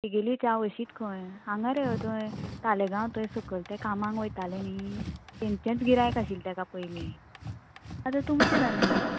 तेगेली चाव अशीत खंय हांगा रे अथंय तालगांव थंय सकयल ते कामांक वयतालें न्ही तेंचेंच गिरायक आशिल्लें ताका पयली आतां तुमचे जालें